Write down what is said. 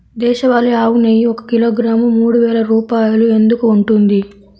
దేశవాళీ ఆవు నెయ్యి ఒక కిలోగ్రాము మూడు వేలు రూపాయలు ఎందుకు ఉంటుంది?